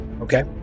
Okay